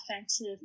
offensive